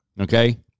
Okay